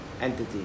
entity